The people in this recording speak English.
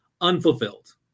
unfulfilled